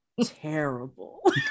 terrible